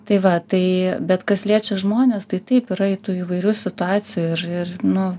tai va tai bet kas liečia žmones tai taip yra tų įvairių situacijų ir ir nu